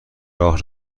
راه